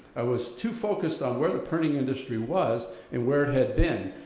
i was too focused on where the printing industry was and where it had been.